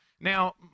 Now